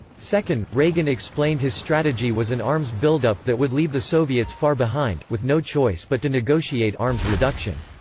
second, reagan explained his strategy was an arms buildup that would leave the soviets far behind, with no choice but to negotiate arms reduction.